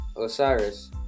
Osiris